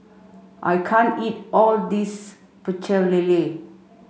I can't eat all of this Pecel Lele